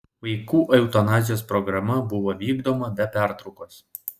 vaikų eutanazijos programa buvo vykdoma be pertraukos